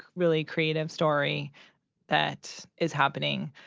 really creative story that is happening.